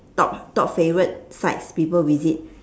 top top favourite sites people visit